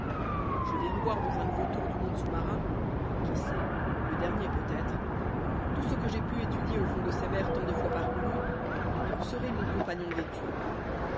je vais revoir dans un nouveau tour du monde sous-marin qui sait le dernier peut-être tout ce que j'ai pu étudier au fond de ces mers tant de fois parcourues et vous serez mon compagnon d'études